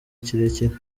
kirekire